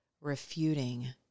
refuting